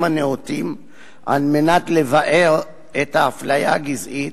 הנאותים על מנת לבער את האפליה הגזעית,